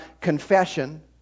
confession